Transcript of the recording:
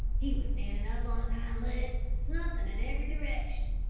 he was standing up on his hind legs, snuffing in every direction,